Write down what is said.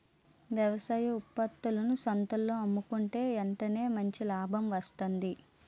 వ్యవసాయ ఉత్త్పత్తులను సంతల్లో అమ్ముకుంటే ఎంటనే మంచి లాభం వస్తాది